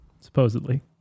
Supposedly